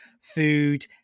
food